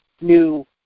new